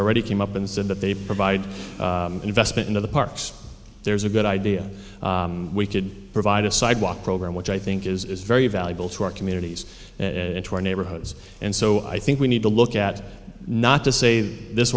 already came up and said that they provide investment into the parks there's a good idea we could provide a sidewalk program which i think is very valuable to our communities and to our neighborhoods and so i think we need to look at not to say th